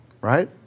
right